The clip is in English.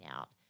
out